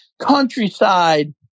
countryside